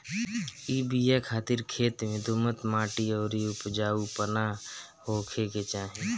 इ बिया खातिर खेत में दोमट माटी अउरी उपजाऊपना होखे के चाही